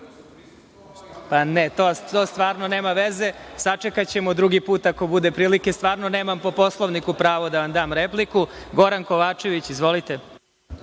to stvarno nema veze, sačekaćemo drugi put ako bude bilo prilike, stvarno nemam po Poslovniku pravo da vam dam repliku. Goran Kovačević, izvolite.